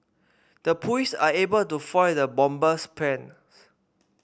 the police are able to foil the bomber's plans